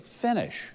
finish